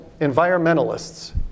environmentalists